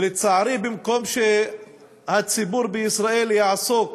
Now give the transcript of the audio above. לצערי, במקום שהציבור בישראל יעסוק